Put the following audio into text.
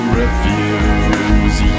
refuse